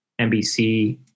NBC